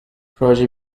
proje